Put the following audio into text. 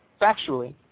factually